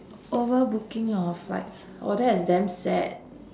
over booking of flights oh that's damn sad